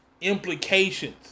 implications